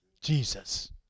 Jesus